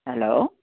hello